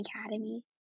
Academy